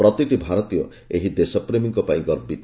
ପ୍ରତିଟି ଭାରତୀୟ ଏହି ଦେଶପ୍ରେମୀଙ୍କ ପାଇଁ ଗର୍ବିତ